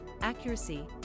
accuracy